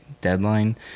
deadline